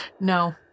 No